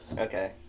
Okay